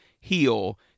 heal